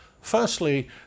Firstly